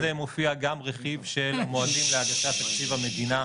מופיע גם רכיב של המועדים להגשת תקציב המדינה.